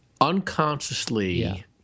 unconsciously